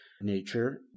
nature